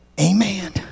Amen